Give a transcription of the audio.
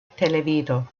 televido